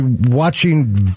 watching